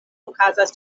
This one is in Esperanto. okazas